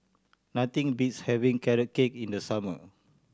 nothing beats having Carrot Cake in the summer